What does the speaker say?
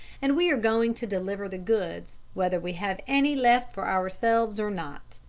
and we are going to deliver the goods whether we have any left for ourselves or not.